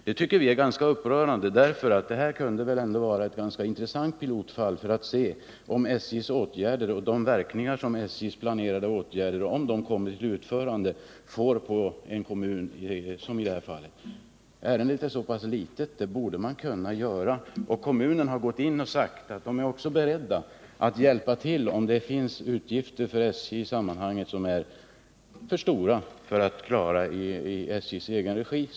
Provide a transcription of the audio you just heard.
Det tycker vi är ganska upprörande därför att det här väl ändå kunde vara ett ganska intressant pilotfall som skulle kunna belysa vilka verkningar SJ:s planerade åtgärder, om de kommer till utförande, skulle få på en kommun som vår. Ärendet är så pass avgränsat att man borde kunna överlägga om det. Kommunen har gått in och sagt att den också är beredd att hjälpa till, om SJ i sammanhanget får utgifter som är för stora för SJ att klara.